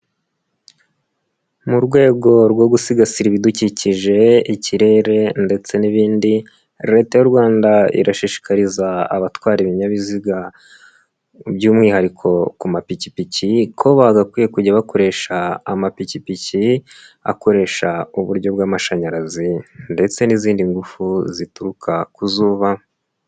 Mu rwego rwo gusigasira ibidukikije, ikirere ndetse n'ibindi, Leta y'u Rwanda irashishikariza abatwara ibinyabiziga, by'umwihariko ku mapikipiki ko bagakwiye kujya bakoresha amapikipiki akoresha uburyo bw'amashanyarazi ndetse n'izindi ngufu zituruka ku zuba.